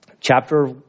chapter